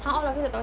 mm